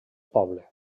poble